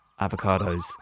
avocados